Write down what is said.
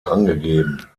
angegeben